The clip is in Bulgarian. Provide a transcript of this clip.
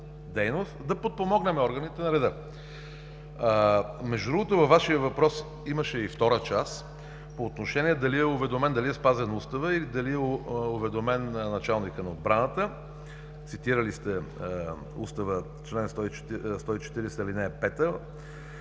дейност да подпомогнем органите на реда. Между другото, във Вашия въпрос имаше и втора част по отношение дали е уведомен, дали е спазен Уставът и дали е уведомен началникът на отбраната? Цитирали сте Устава – чл. 140, ал. 5.